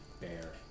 bear